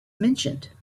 mentioned